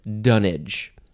dunnage